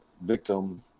victim